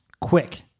quick